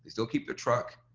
still keep their truck,